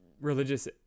religious